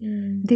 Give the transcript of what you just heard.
mm